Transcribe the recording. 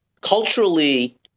culturally